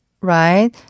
Right